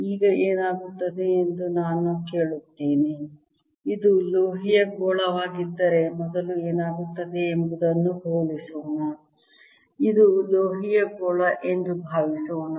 ಈಗ ಏನಾಗುತ್ತದೆ ಎಂದು ನಾನು ಕೇಳುತ್ತೇನೆ ಇದು ಲೋಹೀಯ ಗೋಳವಾಗಿದ್ದರೆ ಮೊದಲು ಏನಾಗುತ್ತದೆ ಎಂಬುದನ್ನು ಹೋಲಿಸೋಣ ಇದು ಲೋಹೀಯ ಗೋಳ ಎಂದು ಭಾವಿಸೋಣ